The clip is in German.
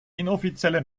inoffizielle